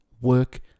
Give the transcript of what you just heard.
work